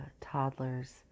toddlers